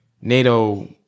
NATO